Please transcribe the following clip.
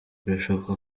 birashoboka